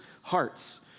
hearts